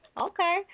okay